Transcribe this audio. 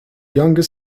younger